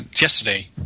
yesterday